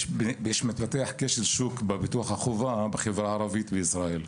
מתפתח כשל שוק בביטוח החובה בחברה הערבית בישראל.